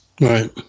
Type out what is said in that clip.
Right